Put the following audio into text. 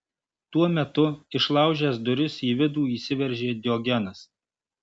tuo metu išlaužęs duris į vidų įsiveržė diogenas